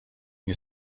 nie